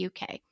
UK